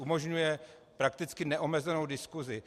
Umožňuje prakticky neomezenou diskusi.